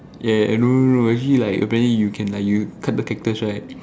ya ya no no no actually like apparently you can like you cut the cactus right